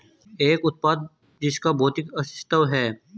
एक उत्पाद जिसका भौतिक अस्तित्व है?